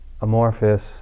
amorphous